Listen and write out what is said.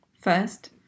First